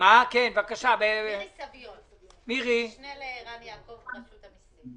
לבצע חלוקת דיבידנד במשך 12 חודשים מיום קבלת המענק."